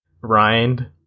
rind